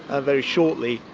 ah very shortly,